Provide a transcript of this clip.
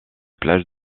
plage